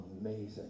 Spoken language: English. amazing